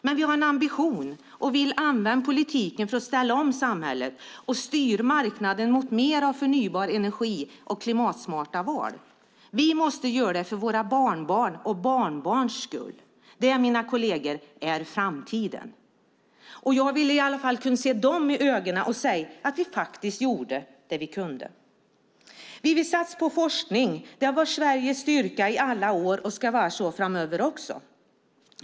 Men vi har en ambition, och vi vill använda politiken för att ställa om samhället och styra marknaden mot mer av förnybar energi och klimatsmarta val. Vi måste göra det för våra barnbarns och barnbarnsbarns skull. Det, mina kolleger, är framtiden. Jag vill i alla fall kunna se dem i ögonen och säga att vi faktiskt gjorde det vi kunde. Vi vill satsa på forskning. Det har varit Sveriges styrka i alla år, och ska vara så framöver också.